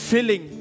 Filling